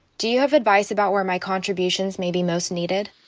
do you have advice about where my contributions may be most needed?